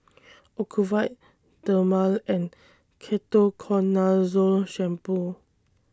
Ocuvite Dermale and Ketoconazole Shampoo